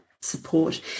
support